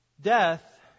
Death